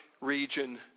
region